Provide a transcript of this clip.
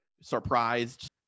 surprised